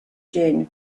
jin